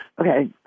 Okay